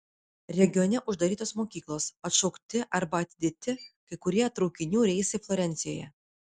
regione uždarytos mokyklos atšaukti arba atidėti kai kurie traukinių reisai florencijoje